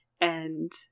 and-